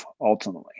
ultimately